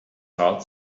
heart